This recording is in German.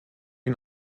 ihn